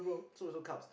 so also carbs